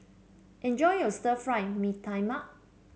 enjoy your Stir Fried Mee Tai Mak